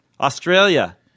Australia